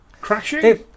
crashing